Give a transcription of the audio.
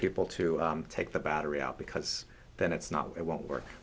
people to take the battery out because then it's not it won't work